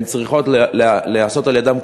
כל התהליך צריך להיעשות על-ידן,